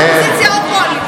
אופוזיציה או קואליציה.